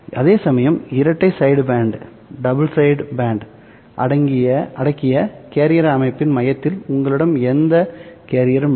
அதேசமயம் இரட்டை சைடுபேண்டு அடக்கிய கேரியர் அமைப்பின் மையத்தில் உங்களிடம் எந்த கேரியரும் இல்லை